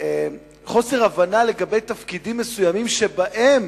חוסר ההבנה לגבי תפקידים מסוימים שבהם